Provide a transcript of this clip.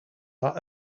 are